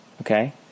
Okay